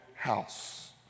House